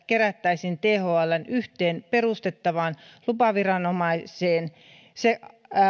kerättäisiin thln yhteyteen perustettavaan lupaviranomaiseen ja se